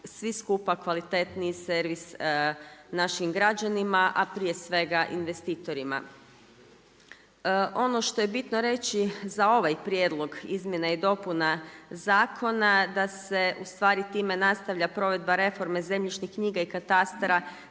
svi skupa kvalitetniji servis našim građanima, a prije svega investitorima. Ono što je bitno reći za ovaj prijedlog izmjena i dopuna zakona da se time nastavlja provedba reforme zemljišnih knjiga i katastara